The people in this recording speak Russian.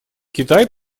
китай